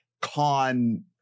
con